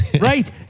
Right